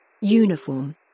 Uniform